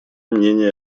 мнения